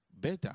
better